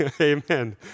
Amen